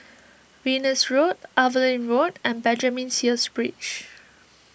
Venus Road Evelyn Road and Benjamin Sheares Bridge